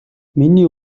миний